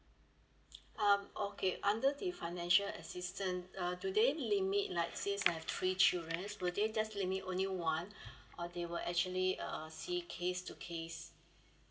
um okay under the financial assistance uh do they limit like since I have three children will they just limit only one or they will actually uh see case to case